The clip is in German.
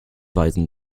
weisen